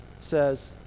says